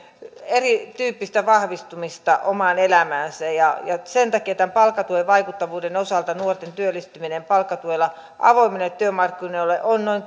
erityyppistä vahvistumista omaan elämäänsä sen takia tämän palkkatuen vaikuttavuuden osalta on niin että nuorten työllistyminen palkkatuella avoimille työmarkkinoille on noin